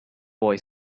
boy